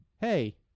hey